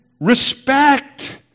respect